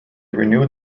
renewed